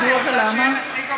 מדוע ולמה?